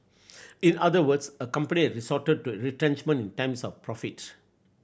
in other words a company had resorted to retrenchment in times of profit